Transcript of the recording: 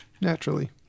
Naturally